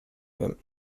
them